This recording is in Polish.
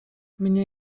mnie